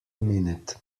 minute